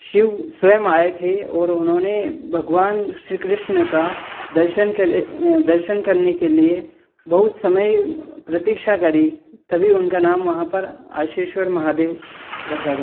शिव स्वयं आए थे और उन्होंने भगवान श्री कृष्ण का दर्शन कले दर्शन करने के लिए बहुत समय प्रतीक्षा करी तभी उनका नाम वहाँ पर आशीश्वर महादेव रखा गया